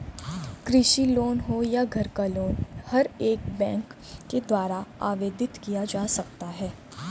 कृषि लोन हो या घर का लोन हर एक बैंक के द्वारा आवेदित किया जा सकता है